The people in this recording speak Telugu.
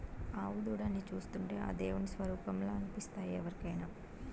ఆవు దూడల్ని చూస్తుంటే ఆ దేవుని స్వరుపంలా అనిపిస్తాయి ఎవరికైనా